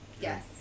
yes